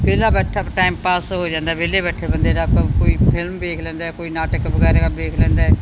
ਵਿਹਲਾ ਬੈਠਾ time pass ਹੋ ਜਾਂਦਾ ਵਿਹਲੇ ਬੈਠੇ ਬੰਦੇ ਦਾ ਆਪਾਂ ਕੋਈ ਫਿਲਮ ਵੇਖ ਲੈਂਦਾ ਕੋਈ ਨਾਟਕ ਵਗੈਰਾ ਵੇਖ ਲੈਂਦਾ